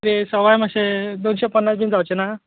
तें सवाय मातशे दोनशे पन्नास बीन जावचेंना